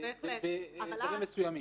בדברים מסוימים.